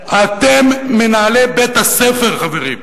אתם מנהלי בית-הספר, חברים.